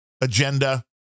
agenda